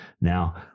now